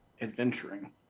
adventuring